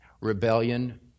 Rebellion